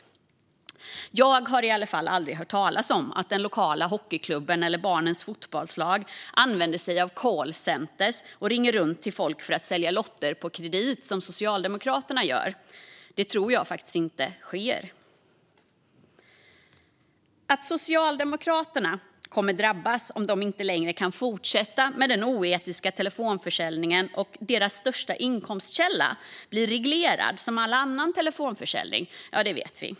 Jag har i alla fall aldrig hört talas om att den lokala hockeyklubben eller barnens fotbollslag använder sig av callcenter och ringer runt till folk för att sälja lotter på kredit som Socialdemokraterna gör. Det tror jag faktiskt inte sker. Att Socialdemokraterna kommer att drabbas om de inte längre kan fortsätta med den oetiska telefonförsäljningen och deras största inkomstkälla därmed blir reglerad som all annan telefonförsäljning vet vi.